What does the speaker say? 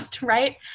right